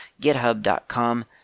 github.com